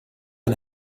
and